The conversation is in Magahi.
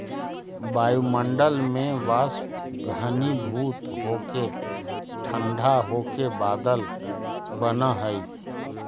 वायुमण्डल में वाष्प घनीभूत होके ठण्ढा होके बादल बनऽ हई